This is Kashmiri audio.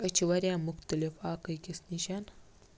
أسۍ چھِ وارِیاہ مُختٔلِف اَکھ أکِس نِش